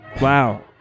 wow